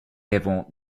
devant